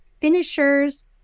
finishers